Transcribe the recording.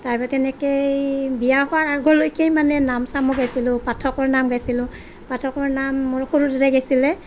তাৰ পৰা তেনেকেই বিয়া হোৱাৰ আগলৈকেই মানে নাম চাম মই গাইছিলোঁ পাঠকৰ নাম গাইছিলোঁ পাঠকৰ নাম মোৰ সৰু দাদাই গাইছিলে